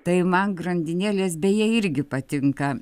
tai man grandinėlės beje irgi patinka